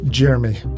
Jeremy